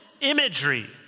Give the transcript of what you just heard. imagery